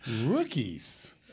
rookies